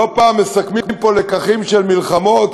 לא פעם מסכמים פה לקחים של מלחמות,